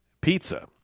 pizza